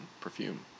perfume